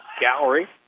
Gallery